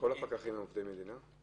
האם כל הפקחים הם עובדי מדינה?